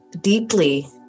deeply